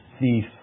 thief